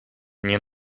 nie